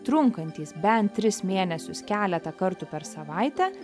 trunkantys bent tris mėnesius keletą kartų per savaitę